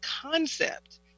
concept